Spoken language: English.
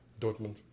Dortmund